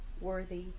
worthy